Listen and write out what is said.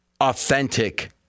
authentic